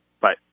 Bye